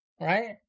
Right